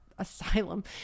Asylum